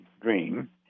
dream